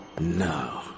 No